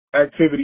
activity